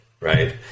right